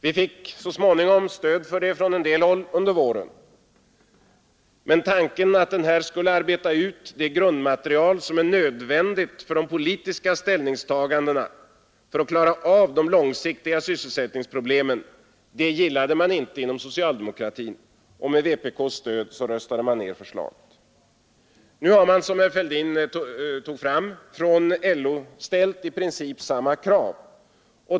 Vi fick så småningom stöd för det från en del håll under våren, men tanken att denna utredning skulle arbeta ut det grundmaterial som är nödvändigt för de politiska ställningstaganden som måste till för att klara de långsiktiga sysselsättningsproblemen gillade man inte inom socialdemokratin, utan med vpk:s stöd röstade man ned förslaget. Nu har man, som herr Fälldin framhöll, från LO ställt i princip samma krav.